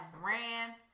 ran